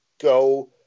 go